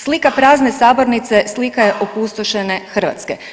Slika prazne sabornice slika je opustošene Hrvatske.